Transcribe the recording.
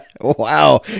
wow